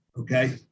Okay